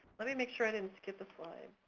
let me make sure i didn't skip a slide.